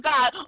God